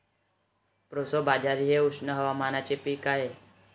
proso बाजरी हे उष्ण हवामानाचे पीक आहे